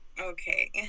Okay